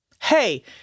hey